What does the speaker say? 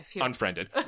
Unfriended